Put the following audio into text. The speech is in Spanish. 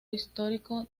histórico